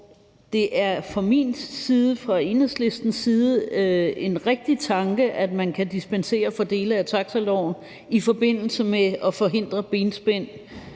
det er fra min side, fra Enhedslistens side en rigtig tanke, at man kan dispensere fra dele af taxiloven for at forhindre benspænd